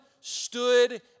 stood